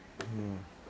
mm